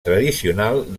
tradicional